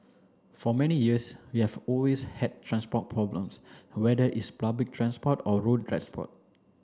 for many years we have always had transport problems whether it's public transport or road transport